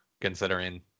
considering